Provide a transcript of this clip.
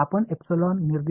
அது என்னைப் பொருத்தது